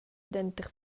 denter